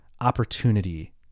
opportunity